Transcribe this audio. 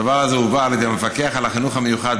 הדבר הזה הובא על ידי המפקח על החינוך המיוחד